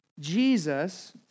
Jesus